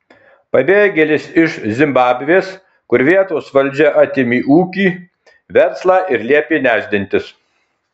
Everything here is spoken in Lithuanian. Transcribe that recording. pabėgėlis iš zimbabvės kur vietos valdžia atėmė ūkį verslą ir liepė nešdintis